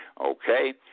Okay